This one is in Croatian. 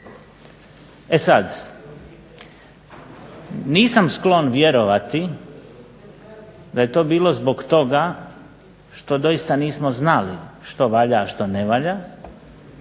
E sad, nisam sklon vjerovati da je to bilo zbog toga što doista nismo znali što valja a što ne valja,